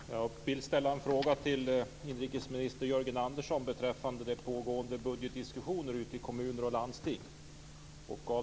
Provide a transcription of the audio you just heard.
Fru talman! Jag vill ställa en fråga till inrikesminister Jörgen Andersson beträffande pågående budgetdiskussioner ute i kommuner och landsting.